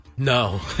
No